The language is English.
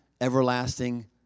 everlasting